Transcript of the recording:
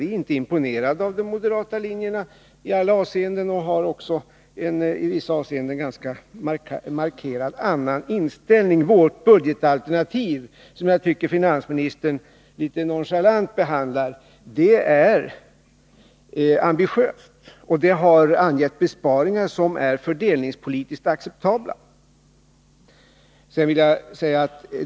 Vi är inte imponerade av de moderata linjerna i alla avseenden och har också i vissa sammanhang en ganska markerat annan inställning. Vårt budgetalternativ, som jag tycker att finansministern behandlar litet nonchalant, är ambitiöst och har angett besparingar som är fördelningspolitiskt acceptabla.